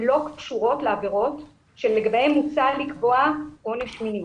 לא קשורות לעבירות שלגביהן מוצע לקבוע עונש מינימום.